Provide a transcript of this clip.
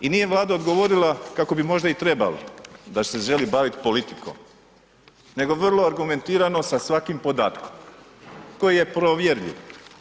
I nije Vlada odgovorila kako bi možda i trebalo da se želi baviti politikom, nego vrlo argumentirano da svakim podatkom koji je provjerljiv.